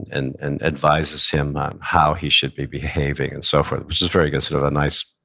and and advises him on how he should be behaving and so forth. which is very good, sort of a nice,